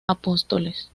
apóstoles